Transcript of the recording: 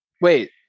Wait